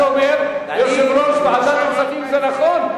ואני מעיד שמה שאומר יושב-ראש ועדת הכספים זה נכון.